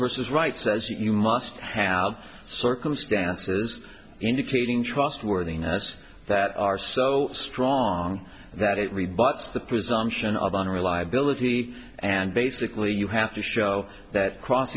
versus right as you must have circumstances indicating trustworthiness that are so strong that it rebuts the presumption of unreliability and basically you have to show that cross